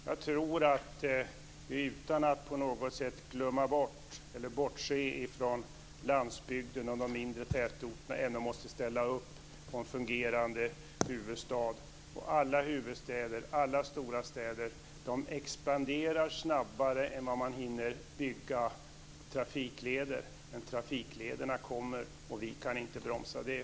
Jag tror att vi utan att på något sätt glömma bort eller bortse från landsbygden och de mindre tätorterna ändå måste ställa upp på en fungerande huvudstad. Alla huvudstäder och alla stora städer expanderar snabbare än vad man hinner bygga trafikleder för. Men trafiklederna kommer, och vi kan inte bromsa det.